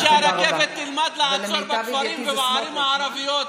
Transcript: חשוב גם שהרכבת תלמד לעצור בכפרים ובערים הערביים,